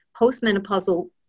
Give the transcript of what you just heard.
postmenopausal